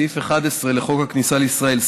בסעיף 11 לחוק הכניסה לישראל,